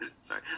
Sorry